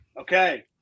Okay